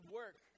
work